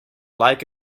like